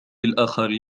الآخر